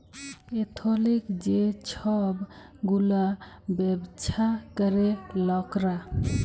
এথলিক যে ছব গুলা ব্যাবছা ক্যরে লকরা